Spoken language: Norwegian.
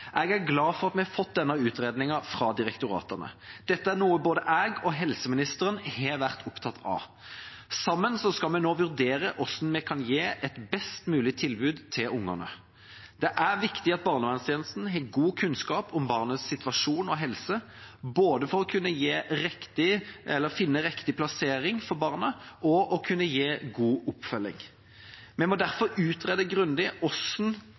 Jeg er glad for at vi har fått denne utredningen fra direktoratene. Dette er noe både jeg og helseministeren har vært opptatt av. Sammen skal vi nå vurdere hvordan vi kan gi et best mulig tilbud til barna. Det er viktig at barnevernstjenesten har god kunnskap om barnets situasjon og helse, både for å finne riktig plassering for barnet og for å kunne gi god oppfølging. Vi må derfor utrede grundig